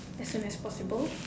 as in it's possible